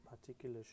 particular